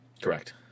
Correct